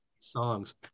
songs